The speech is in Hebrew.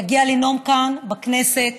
יגיע לנאום כאן בכנסת